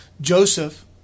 Joseph